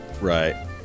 right